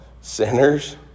Sinners